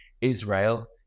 Israel